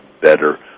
better